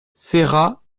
serra